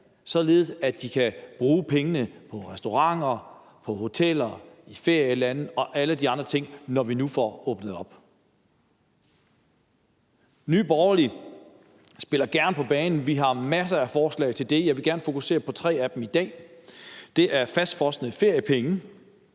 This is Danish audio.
således at de kan bruge pengene på restauranter, på hoteller, i ferielande og alle de andre ting, når vi nu får åbnet op. Nye Borgerlige spiller gerne på banen. Vi har masser af forslag til det. Jeg vil gerne fokusere på tre af dem i dag. Det er fastfrosne feriepenge.